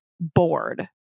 bored